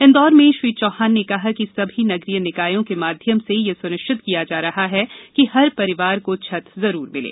इंदौर में श्री चौहान ने कहा कि सभी नगरीय निकायों के माध्यम से यह सुनिश्चित किया जा रहा है कि हर परिवार को छत जरूर मिले